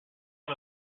one